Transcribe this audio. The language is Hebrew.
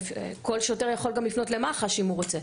כל שוטר יכול גם לפנות למח"ש אם הוא רוצה.